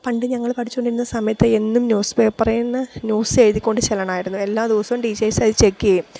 പണ്ട് ഞങ്ങള് പഠിച്ചുകൊണ്ടിരുന്ന സമയത്ത് എന്നും ന്യൂസ് പേപ്പറേന്ന് ന്യൂസ് എഴുതി കൊണ്ടുചെല്ലണമായിരുന്നു എല്ലാ ദിവസവും ടീച്ചേഴ്സതു ചെക്ക് ചെയ്യും